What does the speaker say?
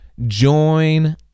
Join